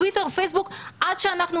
זה התפשט בטוויטר ופייסבוק עד שאנחנו